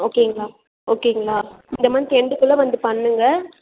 ஓகேங்களா ஓகேங்களா இந்த மந்த் எண்டு குள்ளே வந்து பண்ணுங்க